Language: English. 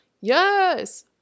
yes